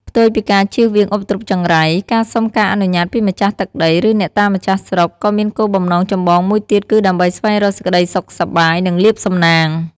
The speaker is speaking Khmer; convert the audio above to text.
ផ្ទុយពីការជៀសវាងឧបទ្រពចង្រៃ ការសុំការអនុញ្ញាតពីម្ចាស់ទឹកដី ឬអ្នកតាម្ចាស់ស្រុក ក៏មានគោលបំណងចម្បងមួយទៀតគឺដើម្បីស្វែងរកសេចក្តីសុខសប្បាយ និងលាភសំណាង។